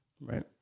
Right